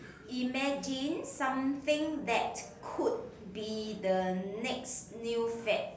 imagine something that could be the next new fad